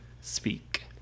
speak